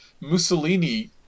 Mussolini